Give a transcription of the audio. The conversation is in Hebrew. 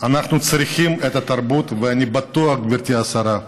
אנחנו צריכים את התרבות, ואני בטוח, גברתי השרה,